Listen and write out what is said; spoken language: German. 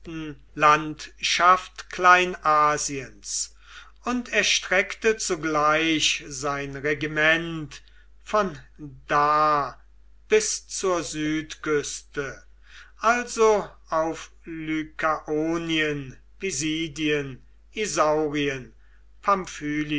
landschaft kleinasiens und erstreckte zugleich sein regiment von da bis zur südküste also auf lykaonien